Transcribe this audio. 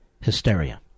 hysteria